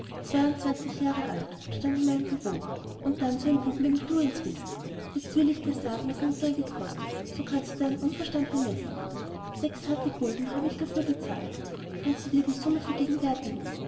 zweiundzwanzig jahre alt und stand in meinem beruf und dann so ein büblein wie du eins bist und jetzt will ich dir sagen was eine geige kostet so kannst du deinen unverstand bemessen sechs harte gulden habe ich bezahlt dafür kannst du dir die summe vergegenwärtigen